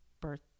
birth